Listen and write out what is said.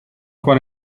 quan